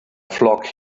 flock